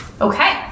Okay